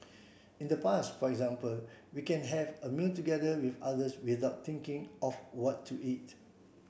in the past for example we can have a meal together with others without thinking of what to eat